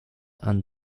and